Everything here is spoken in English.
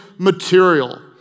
material